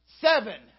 Seven